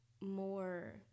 more